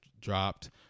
dropped